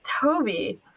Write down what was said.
Toby